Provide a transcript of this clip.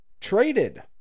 Traded